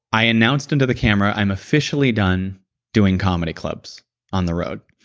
i announced into the camera, i am officially done doing comedy clubs on the road.